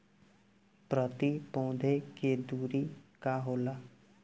प्रति पौधे के दूरी का होला?